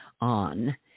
on